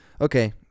okay